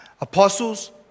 apostles